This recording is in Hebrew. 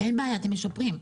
אין בעיה, אתם משפרים,